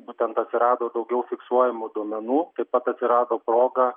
būtent atsirado daugiau fiksuojamų duomenų taip pat atsirado proga